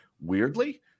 weirdly